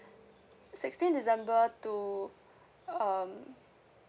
sixteen december to um